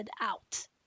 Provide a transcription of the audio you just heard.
out